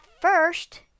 first